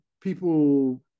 people